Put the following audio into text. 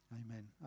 Amen